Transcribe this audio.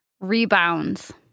rebounds